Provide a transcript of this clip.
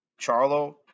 Charlo